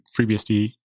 FreeBSD